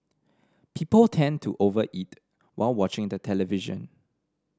people tend to overeat while watching the television